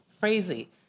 crazy